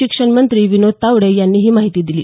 शिक्षणमंत्री विनोद तावडे यांनी ही माहिती दिली